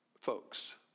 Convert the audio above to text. folks